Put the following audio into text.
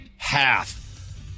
Half